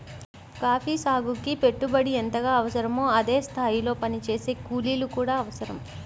coffee సాగుకి పెట్టుబడి ఎంతగా అవసరమో అదే స్థాయిలో పనిచేసే కూలీలు కూడా అవసరం